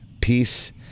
peace